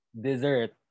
Dessert